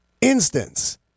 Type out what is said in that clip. instance